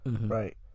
Right